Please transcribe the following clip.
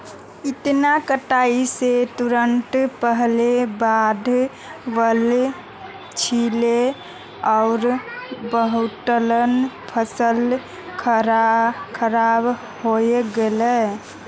इता कटाई स तुरंत पहले बाढ़ वल छिले आर बहुतला फसल खराब हई गेले